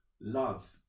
love